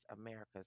America's